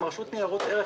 גם רשות ניירות ערך,